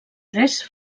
tres